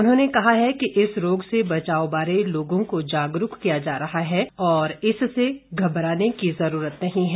उन्होंने कहा है कि इस रोग से बचाव बारे लोगों को जागरूक किया जा रहा है और इससे घबराने की जरूरत नहीं है